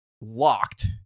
locked